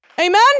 Amen